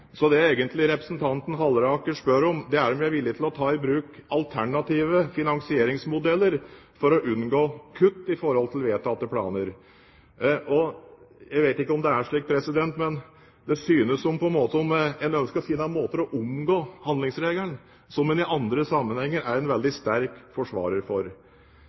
det ser ut til. Det representanten Halleraker egentlig spør om, er om jeg er villig til å ta i bruk alternative finansieringsmodeller for å unngå kutt i vedtatte planer. Jeg vet ikke om det er slik, men det ser på en måte ut til at Høyre ønsker å finne måter for å omgå handlingsreglen, som en i andre sammenhenger er en veldig sterk forsvarer av. Norge har egentlig ikke noe behov for